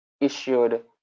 issued